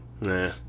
Nah